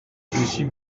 suis